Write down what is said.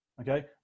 okay